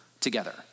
together